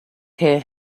hear